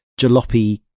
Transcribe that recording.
jalopy